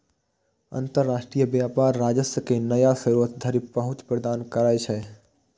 अंतरराष्ट्रीय व्यापार राजस्व के नया स्रोत धरि पहुंच प्रदान करै छै